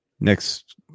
Next